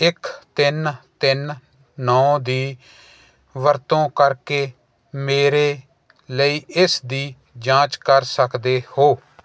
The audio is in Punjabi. ਇੱਕ ਤਿੰਨ ਤਿੰਨ ਨੌਂ ਦੀ ਵਰਤੋਂ ਕਰਕੇ ਮੇਰੇ ਲਈ ਇਸ ਦੀ ਜਾਂਚ ਕਰ ਸਕਦੇ ਹੋ